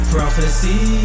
Prophecy